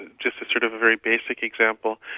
just a sort of a very basic example.